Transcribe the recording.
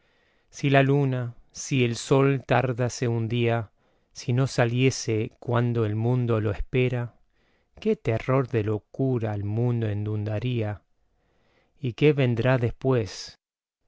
si a luna si el sol tardase un día si no saliese cuando el mundo lo espera qué terror de locura al mundo inundaría y qué vendrá después